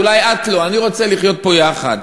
אולי את לא, אני רוצה לחיות פה יחד.